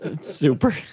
super